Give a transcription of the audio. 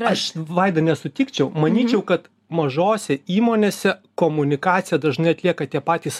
aš vaida nesutikčiau manyčiau kad mažose įmonėse komunikaciją dažnai atlieka tie patys